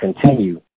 continue